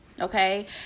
okay